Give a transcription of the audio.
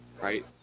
right